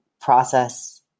process